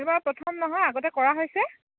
এইবাৰ প্ৰথম নহয় আগতে কৰা হৈছে